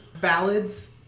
ballads